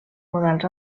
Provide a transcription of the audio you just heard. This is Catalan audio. models